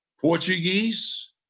Portuguese